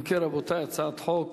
אם כן, רבותי, הצעת חוק